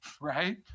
right